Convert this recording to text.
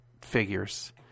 figures